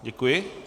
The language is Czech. Děkuji.